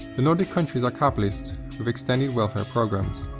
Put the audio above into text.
the nordic countries are capitalist with extended welfare programs,